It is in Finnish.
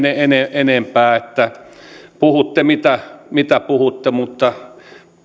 enempää että puhutte mitä mitä puhutte mutta